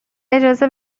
اجازه